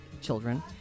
Children